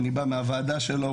אני בא מהוועדה שלו,